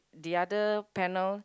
the other panel